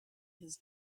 his